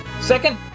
Second